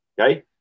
okay